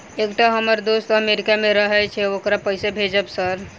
एकटा हम्मर दोस्त अमेरिका मे रहैय छै ओकरा पैसा भेजब सर?